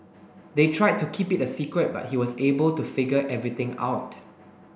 they tried to keep it a secret but he was able to figure everything out